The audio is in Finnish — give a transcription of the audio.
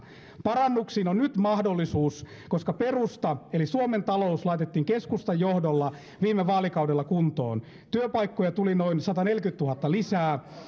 parannuksiin on nyt mahdollisuus koska perusta eli suomen talous laitettiin keskustan johdolla viime vaalikaudella kuntoon työpaikkoja tuli noin sataneljäkymmentätuhatta lisää